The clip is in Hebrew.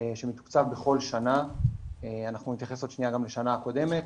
שמתוקצב בכל שנה, נתייחס כבר גם לשנה הקודמת,